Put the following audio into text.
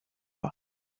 bas